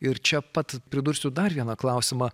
ir čia pat pridursiu dar vieną klausimą